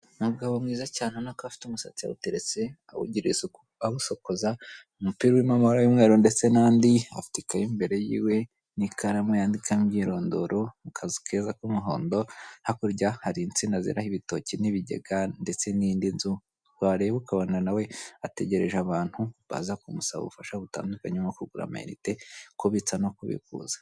Umugabo mwiza cyane ubona ko afite umusatsi yawuteretse, awugira isuku, awusokoza. umupira urimo amabara y'umweru ndetse n'andi, afite ikayi imbere yiwe n'ikaramu yandikamo imyirondoro, mu kazu keza k'umuhondo, hakurya hari insina zeraho ibitoki n'ibigega ndetse n'indi nzu, wareba ukabona nawe ategereje abantu baza kumusaba ubufasha butandukanye, nko kugura amayinite, kubitsa no kubikuza.